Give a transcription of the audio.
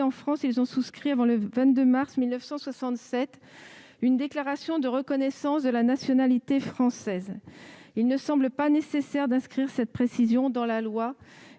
en France, ils ont souscrit avant le 22 mars 1967 une déclaration de reconnaissance de la nationalité française. Il ne me semble pas nécessaire d'inscrire cette précision dans la loi.